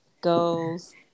goes